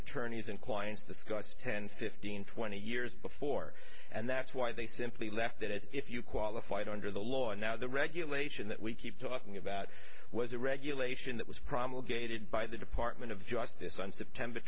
turns and clients discussed here fifteen twenty years before and that's why they simply left it as if you qualified under the law and now the regulation that we keep talking about was a regulation that was promulgated by the department of justice on september